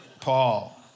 Paul